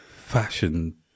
fashion